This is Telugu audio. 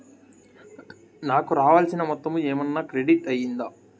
నాకు రావాల్సిన మొత్తము ఏమన్నా క్రెడిట్ అయ్యిందా